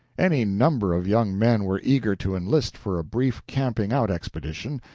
any number of young men were eager to enlist for a brief camping-out expedition,